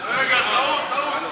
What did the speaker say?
חוזה הביטוח (תיקון, פיצוי הליכים בתביעות תחלוף),